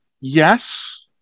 yes